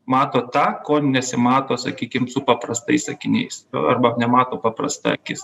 matot tą ko nesimato sakykim su paprastais akiniais arba nemato paprasta akis